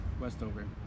Westover